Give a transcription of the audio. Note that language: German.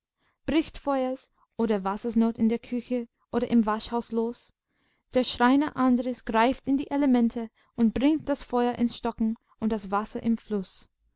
bricht feuers oder wassersnot in der küche oder im waschhaus los der schreiner andres greift in die elemente und bringt das feuer ins stocken und das wasser in fluß